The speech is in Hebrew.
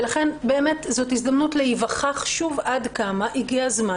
לכן זאת הזדמנות להיווכח שוב עד כמה הגיע הזמן